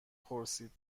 پرسید